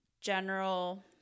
general